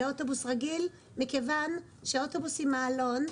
לאוטובוס רגיל מכיוון שאוטובוס עם מעלון,